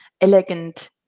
elegant